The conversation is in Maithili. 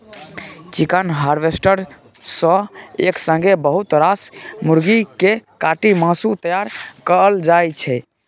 चिकन हार्वेस्टर सँ एक संगे बहुत रास मुरगी केँ काटि मासु तैयार कएल जाइ छै